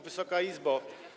Wysoka Izbo!